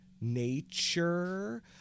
nature